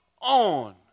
on